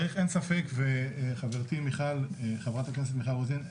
חברת הכנסת מיכל רוזין,